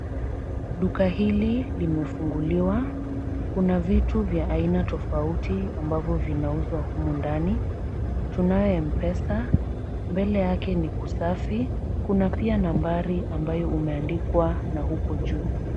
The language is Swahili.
Duka hili limefunguliwa. Kuna vitu vya aina tofauti ambavyo vinauzwa humu ndani. Tunayo M-Pesa. Mbele yake ni kusafi. Kuna pia nambari ambayo umeandikwa na huku juu.